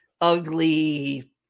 ugly